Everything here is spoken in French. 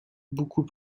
beaucoup